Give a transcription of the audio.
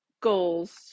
goals